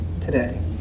today